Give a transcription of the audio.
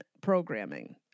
programming